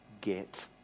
get